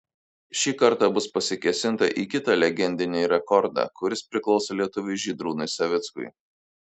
šį kartą bus pasikėsinta į kitą legendinį rekordą kuris priklauso lietuviui žydrūnui savickui